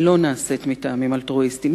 היא לא נעשית מטעמים אלטרואיסטיים.